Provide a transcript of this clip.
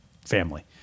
family